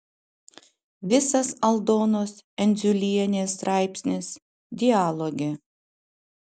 visas aldonos endziulienės straipsnis dialoge